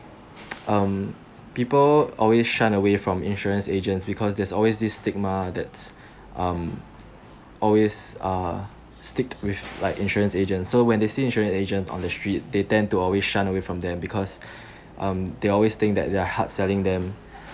um people always shun away from insurance agents because there's always this stigma that's um always ah stick with like insurance agents so when they see insurance agent on the street they tend to always shun away from them because um they always think that they are hard selling them